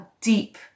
deep